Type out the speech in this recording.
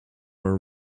are